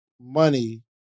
money